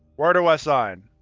where do i sign?